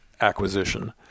acquisition